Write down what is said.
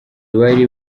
bari